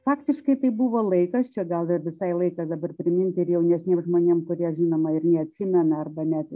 faktiškai tai buvo laikas čia gal ir visai laikas dabar priminti ir jaunesniem žmonėm kurie žinoma ir neatsimena arba net